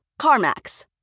CarMax